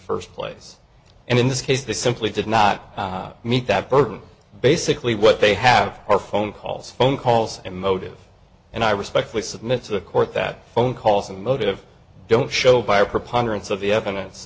first place and in this case they simply did not meet that burden basically what they have are phone calls phone calls and motive and i respectfully submit to the court that phone calls and motive don't show by a preponderance of the evidence